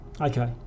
Okay